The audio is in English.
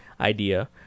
idea